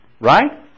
Right